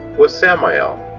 was samael.